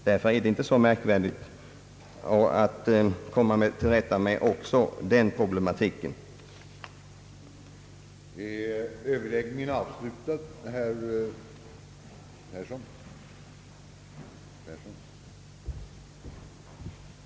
Därför bör det inte vara så svårt att komma till rätta också med den problematik det här är fråga om.